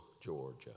Georgia